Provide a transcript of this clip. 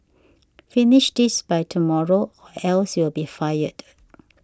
finish this by tomorrow or else you'll be fired